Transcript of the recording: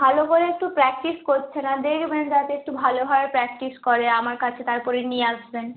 ভালো করে একটু প্র্যাকটিস করছে না দেখবেন যাতে একটু ভালোভাবে প্র্যাকটিস করে আমার কাছে তারপরে নিয়ে আসবেন